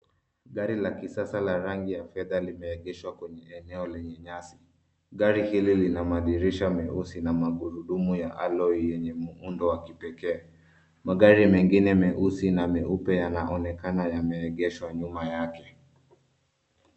Gari la kisasa la rangi ya fedha limeegeshwa kwenye eneo lenye nyasi. Gari hili lina madirisha meusi na magurudumu ya alloy yenye muundo wa kipekee. Magari mengine meusi na meupe yanaonekana yameegeshwa nyuma yake.